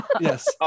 yes